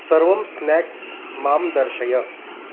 सर्वं स्नेक्स् मां दर्शय